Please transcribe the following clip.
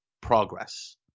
progress